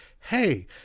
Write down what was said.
hey